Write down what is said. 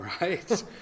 Right